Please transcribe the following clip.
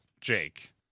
Jake